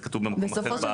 זה כתוב במקום אחר.